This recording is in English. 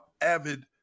avid